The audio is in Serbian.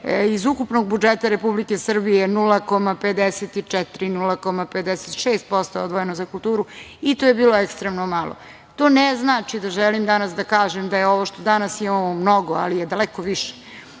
iz ukupnog budžeta Republike Srbije 0,54%, 0,56% je odvojeno za kulturu i to je bila ekstremno malo. To ne znači da želim danas da kažem da je ovo što danas imamo mnogo, ali je daleko više.